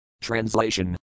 Translation